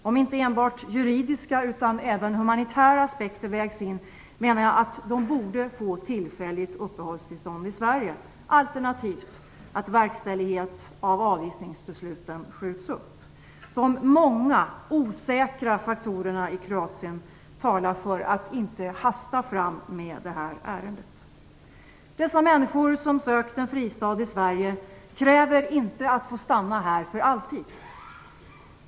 Om inte enbart juridiska utan även humanitära aspekter vägs in, menar jag att de borde få tillfälligt uppehållstillstånd i Sverige. Alternativet är att verkställigheten av avvisningsbesluten skjuts upp. De många osäkra faktorerna i Kroatien talar för att man inte skall hasta fram med det här ärendet. Dessa människor som har sökt en fristad i Sverige kräver inte att få stanna här för alltid.